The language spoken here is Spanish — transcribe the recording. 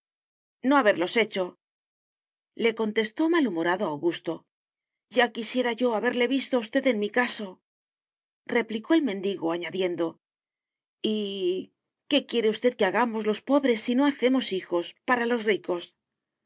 no haberlos hecho le contestó malhumorado augusto ya quisiera yo haberle visto a usted en mi casoreplicó el mendigo añadiendo y qué quiere usted que hagamos los pobres si no hacemos hijos para los ricos